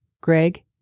Greg